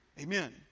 amen